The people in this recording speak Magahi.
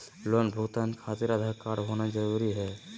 लोन भुगतान खातिर आधार कार्ड होना जरूरी है?